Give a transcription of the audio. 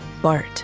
Bart